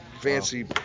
fancy